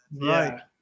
Right